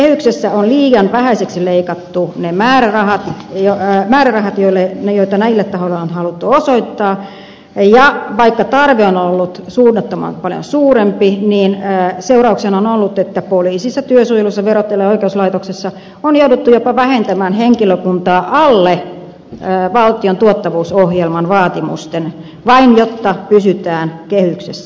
kehyksessä on liian vähäisiksi leikattu ne määrärahat joita näille tahoille on haluttu osoittaa ja vaikka tarve on ollut suunnattoman paljon suurempi seurauksena on ollut että poliisissa työsuojelussa verottajalla ja oikeuslaitoksessa on jouduttu jopa vähentämään henkilökuntaa alle valtion tuottavuusohjelman vaatimusten vain jotta pysytään kehyksessä